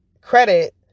credit